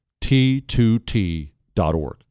T2T.org